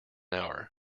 hour